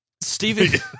Steven